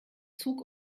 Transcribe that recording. zug